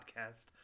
podcast